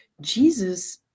Jesus